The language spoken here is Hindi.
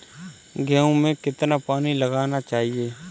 गेहूँ में कितना पानी लगाना चाहिए?